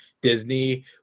Disney